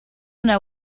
una